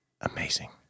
amazing